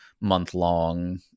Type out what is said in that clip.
month-long